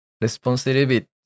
responsibility